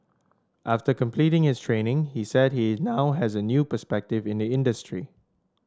after completing his training he said he now has a new perspective in the industry